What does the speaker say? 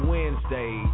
Wednesday